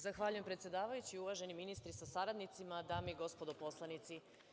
Zahvaljujem predsedavajući, uvaženi ministri sa saradnicima, dame i gospodo poslanici.